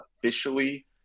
officially